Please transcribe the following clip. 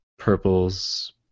purples